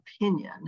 opinion